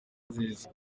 nziza